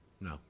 No